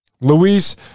luis